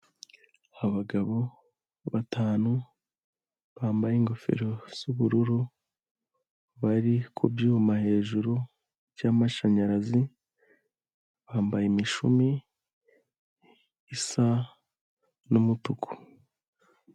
Abagabo batanu bambaye ingofero z'ubururu, bari kubyuma hejuru by'amashanyarazi, bambaye imishumi isa n'umutuku